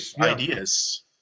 ideas